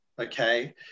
okay